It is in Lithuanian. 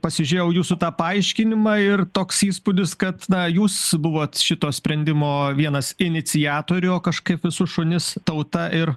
pasižiūrėjau jūsų tą paaiškinimą ir toks įspūdis kad na jūs buvot šito sprendimo vienas iniciatorių kažkaip visus šunis tauta ir